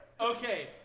Okay